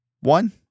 one